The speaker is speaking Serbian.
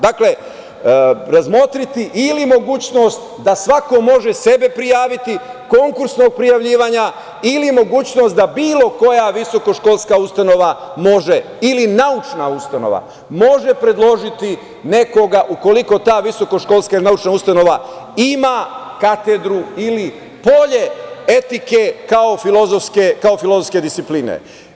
Dakle, razmotriti ili mogućnost da svako može sebe prijaviti, konkursnog prijavljivanja ili mogućnost da bilo koja visokoškolska ustanova ili naučna ustanova može predložiti nekoga ukoliko ta visokoškolska naučna ustanova ima katedru ili polje etike kao filozofske discipline.